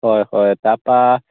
হয় হয় তাৰপৰা